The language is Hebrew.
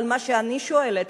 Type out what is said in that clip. אבל מה שאני שואלת,